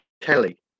Kelly